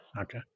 okay